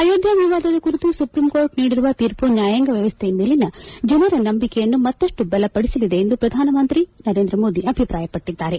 ಅಯೋಧ್ಯೆ ವಿವಾದದ ಕುರಿತು supreme court ನೀಡಿರುವ ತೀರ್ಮ ನ್ಯಾಯಾಂಗ ವ್ಯವಸ್ಥೆಯ ಮೇಲಿನ ಜನರ ನಂಬಿಕೆಯನ್ನು ಮತ್ತಷ್ಟು ಬಲಪಡಿಸಲಿದೆ ಎಂದು ಪ್ರಧಾನಮಂತ್ರಿ ನರೇಂದ್ರ ಮೋದಿ ಅಭಿಪ್ರಾಯಪಟ್ಟಿದ್ದಾರೆ